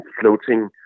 floating